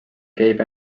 gave